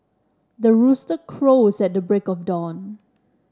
the rooster crows at the break of dawn